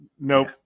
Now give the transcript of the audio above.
nope